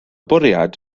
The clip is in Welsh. bwriad